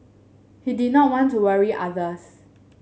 he did not want to worry others